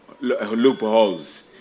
loopholes